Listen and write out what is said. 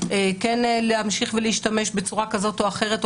כן להמשיך ולהשתמש בצורה כזאת או אחרת,